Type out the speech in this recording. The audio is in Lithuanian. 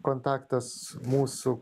kontaktas mūsų